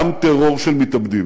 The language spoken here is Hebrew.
גם לא טרור של מתאבדים.